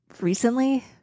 recently